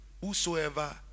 whosoever